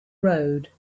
road